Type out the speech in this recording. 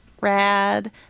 rad